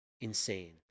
insane